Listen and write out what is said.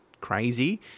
crazy